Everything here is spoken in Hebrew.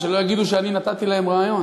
ושלא יגידו שאני נתתי להם רעיון.